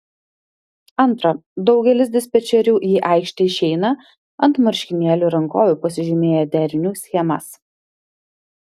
antra daugelis dispečerių į aikštę išeina ant marškinėlių rankovių pasižymėję derinių schemas